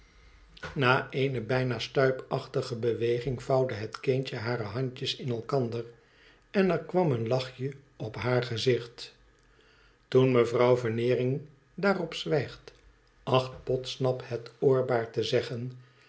na eene bijna stuipachtige beweging vouwde het kindje hare handjes in elkander en er kwam een lachje op haar gezichtje toen mevrouw veneering daarop zwijgt acht podsnap het oorbaar te zeggen